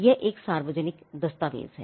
यह एक सार्वजनिक दस्तावेज है